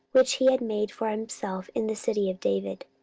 which he had made for himself in the city of david,